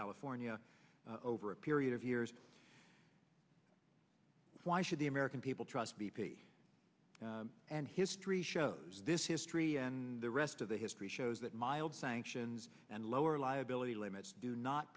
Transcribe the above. california over a period of years why should the american people trust b p and history shows this history and the rest of the history shows that mild sanctions and lower liability limits do not